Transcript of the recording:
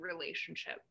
relationship